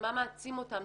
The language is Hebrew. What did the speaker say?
למה מעצים אותן,